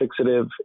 fixative